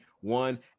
one